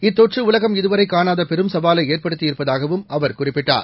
இத்தொற்று உலகம் இதுவரை காணாத பெரும் சவாலை ஏற்படுத்தியிருப்பதாகவும் அவர் குறிப்பிட்டார்